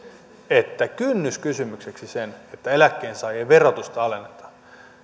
kynnyskysymykseksi sen että eläkkeensaajien verotusta alennetaan